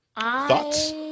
thoughts